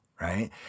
right